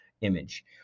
image